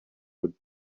would